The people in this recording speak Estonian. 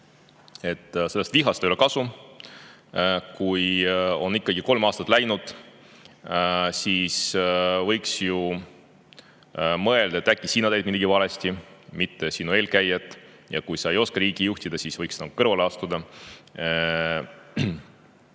ütles, et vihast ei ole kasu. Kui on ikkagi kolm aastat mööda läinud, siis võiks ju mõelda, et äkki sa ise tegid midagi valesti, mitte sinu eelkäijad. Kui sa ei oska riiki juhtida, siis võiks nagu kõrvale astuda.